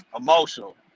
Emotional